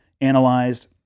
analyzed